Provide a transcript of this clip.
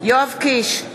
יואב קיש,